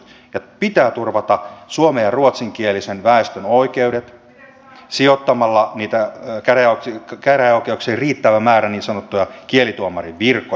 ja pitää turvata suomen ja ruotsinkielisen väestön oikeudet sijoittamalla käräjäoikeuksiin riittävä määrä niin sanottuja kielituomarin virkoja